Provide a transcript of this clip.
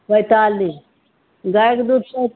पैतालीस गायके दूध पै